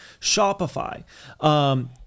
Shopify